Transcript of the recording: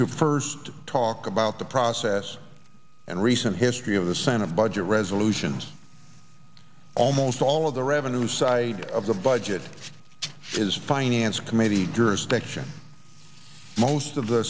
to first talk about the process and recent history of the senate budget resolutions almost all of the revenue side of the budget is finance committee jurisdiction most of the